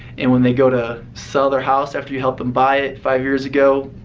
and when they go to sell their house after you helped them buy it five years ago,